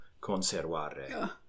conservare